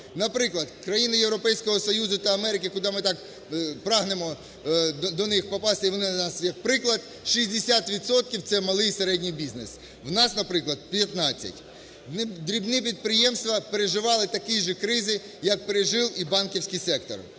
Наприклад, країни Європейського Союзу та Америки, куди ми так прагнемо, до них попасти і вони для нас як приклад, 60 відсотків – це малий і середній бізнес, у нас, наприклад, 15. Дрібні підприємства переживали такі ж кризи, як пережив і банківський сектор.